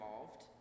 involved